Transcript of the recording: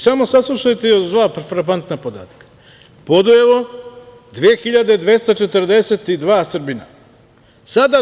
Samo saslušajte još dva frapantna podatka: Podujevo - 2.242 Srbina, sada 12.